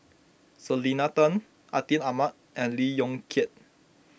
Selena Tan Atin Amat and Lee Yong Kiat